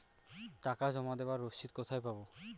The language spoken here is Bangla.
টাকা জমা দেবার রসিদ কোথায় পাব?